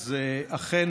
אז אכן,